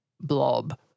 blob